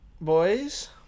boys